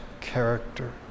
character